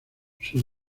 sus